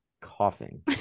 coughing